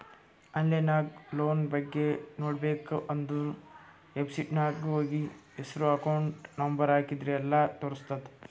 online ನಾಗ್ loan ಬಗ್ಗೆ ನೋಡ್ಬೇಕ ಅಂದುರ್ ವೆಬ್ಸೈಟ್ನಾಗ್ ಹೋಗಿ ಹೆಸ್ರು ಅಕೌಂಟ್ ನಂಬರ್ ಹಾಕಿದ್ರ ಎಲ್ಲಾ ತೋರುಸ್ತುದ್